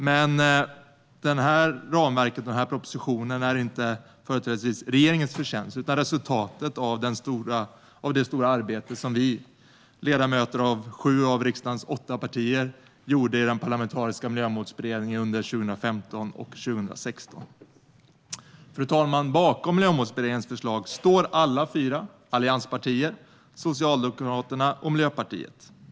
Men detta ramverk och denna proposition är inte företrädesvis regeringens förtjänst utan ett resultat av det stora arbete som vi ledamöter från sju av riksdagens åtta partier gjorde i den parlamentariska miljömålsberedningen under 2015 och 2016. Fru talman! Bakom Miljömålsberedningens förslag står alla fyra allianspartier, Socialdemokraterna och Miljöpartiet.